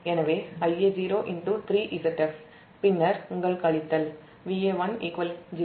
எனவே Ia0 3Zf பின்னர் உங்கள் கழித்தல் Va1 0